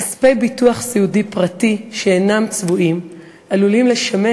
כספי ביטוח סיעודי פרטי שאינם צבועים עלולים לשמש